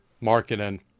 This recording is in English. marketing